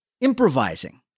improvising